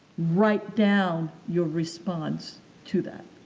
write down your response to that.